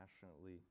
passionately